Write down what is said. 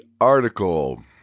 article